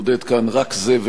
ולא שום דבר אחר.